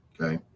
Okay